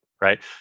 Right